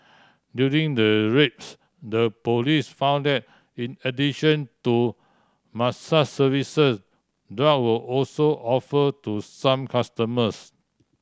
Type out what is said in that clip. during the raids the police found that in addition to mass services drug were also offer to some customers